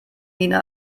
nina